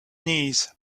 knees